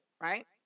right